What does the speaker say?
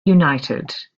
united